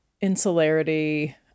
insularity